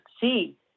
see